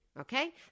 Okay